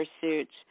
pursuits